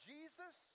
Jesus